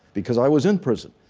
because i was in prison.